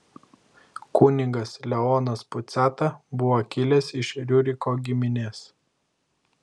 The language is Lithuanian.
kunigas leonas puciata buvo kilęs iš riuriko giminės